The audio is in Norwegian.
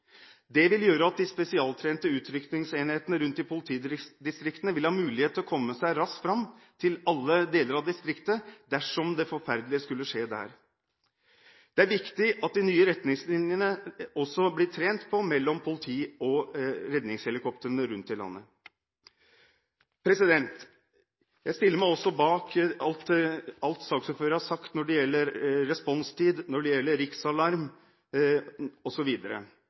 Det vil gjøre at de spesialtrente utrykningsenhetene rundt i politidistriktene vil ha mulighet til å komme seg raskt fram til alle deler av distriktet, dersom det forferdelige skulle skje der. Det er viktig at det også blir trent på disse nye retningslinjene mellom politi og redningshelikoptrene rundt i landet. Jeg stiller meg som sagt bak alt saksordføreren har sagt når det gjelder responstid, når det gjelder riksalarm